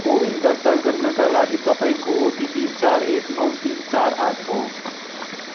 को विन दर्ता गर्नाका लागि तपाईँँको ओटिपी चार एक नौ तिन चार आठ हो